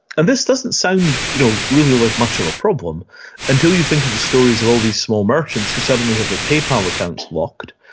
and this doesn't sound you know really like much of a problem until you think of the stories of all these small merchants who suddenly have their paypal accounts locked,